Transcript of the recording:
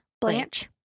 Blanche